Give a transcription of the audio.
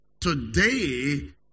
Today